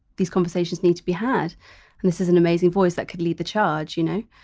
these conversations need to be had and this is an amazing voice that could lead the charge you know